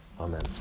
Amen